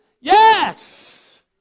Yes